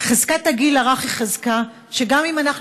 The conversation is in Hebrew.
חזקת הגיל הרך היא חזקה שגם אם אנחנו